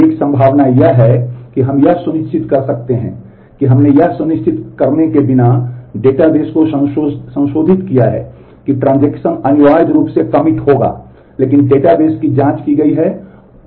एक संभावना यह है कि हम यह सुनिश्चित कर सकते हैं कि हमने यह सुनिश्चित करने के बिना डेटाबेस को संशोधित किया है कि ट्रांजेक्शन नहीं हुआ है